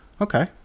Okay